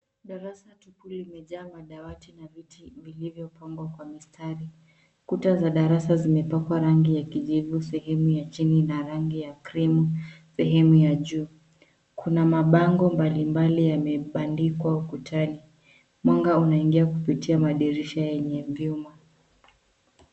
Darasa tupu limejaa madawati na viti vilivyopangwa kwa mistari. Kuta za darasa zimepakwa rangi ya kijivu sehemu ya chini, na rangi ya cream sehemu ya juu. Kuna mabango mbalimbali yamebandikwa ukutani. Mwanga unaingia kupitia madirisha yenye vyuma.